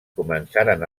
començaren